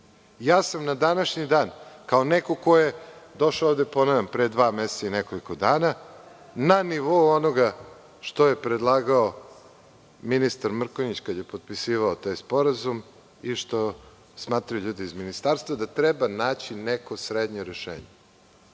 Ja sam na današnji dan kao neko ko je došao ovde pre dva meseca i nekoliko dana, na nivou onoga što je predlagao ministar Mrkonjić kada je potpisivao taj sporazum i što smatraju ljudi iz ministarstva da treba naći neposrednije rešenje.